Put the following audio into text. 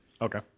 Okay